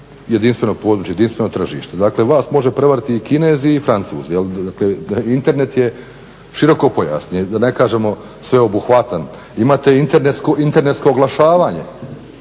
jedinstveno područje, jedinstveno tržište. Dakle, vas može prevariti i Kinezi i Francuzi. Dakle, Internet je široko pojasni, da ne kažemo sveobuhvatan. Imate internetsko oglašavanje,